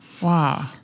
Wow